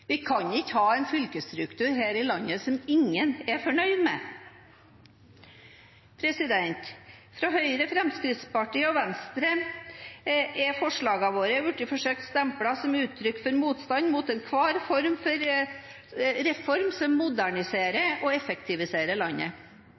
Vi kan ikke ha en fylkesstruktur her i landet som ingen er fornøyd med. Fra Høyre, Fremskrittspartiet og Venstre er forslagene våre blitt forsøkt stemplet som uttrykk for motstand mot enhver reform som moderniserer